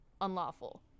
unlawful